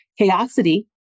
Chaosity